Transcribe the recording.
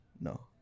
No